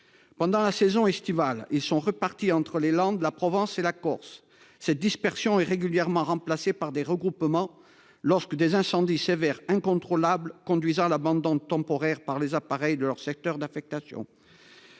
Pendant la saison estivale, ils sont repartis entre les Landes, la Provence et la Corse cette dispersion est régulièrement remplacées par des regroupements lorsque des incendies sévère incontrôlable conduisant à l'abandon temporaire par les appareils de leur secteur d'affectation.